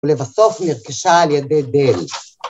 ‫ולבסוף נרקשה על ידי DELL.